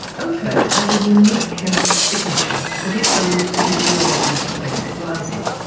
ochre has a unique chemical signature that it owes to the geology of the place it lies in.